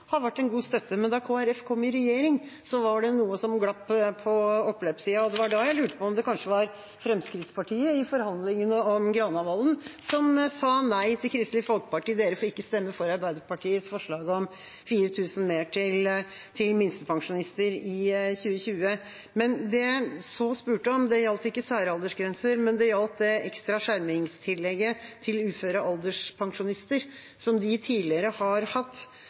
har vært en god støtte, men da Kristelig Folkeparti kom i regjering, var det noe som glapp på oppløpssiden. Det var derfor jeg lurte på om det kanskje var Fremskrittspartiet i forhandlingene om Granavolden-plattformen som sa nei til Kristelig Folkeparti, at dere får ikke stemme for Arbeiderpartiets forslag om 4 000 kr mer til minstepensjonister i 2020. Det jeg så spurte om, gjaldt ikke særaldersgrenser, men det ekstra skjermingstillegget til uføre alderspensjonister, som de tidligere har hatt